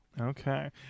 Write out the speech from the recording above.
Okay